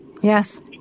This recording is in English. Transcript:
Yes